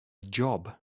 job